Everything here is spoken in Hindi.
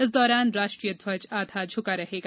इस दौरान राष्ट्रीय ध्वज आधा झुका रहेगा